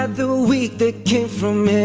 and the week that came from